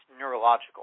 neurological